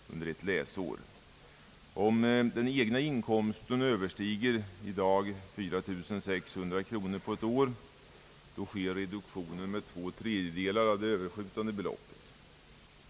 Om inkomsten f.n. överstiger 4600 kronor under ett år, sker reduktion med två tredjedelar av det överskjutande beloppet.